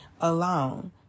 alone